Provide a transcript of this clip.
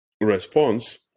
response